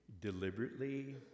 deliberately